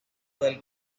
del